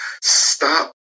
stop